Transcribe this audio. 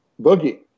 boogie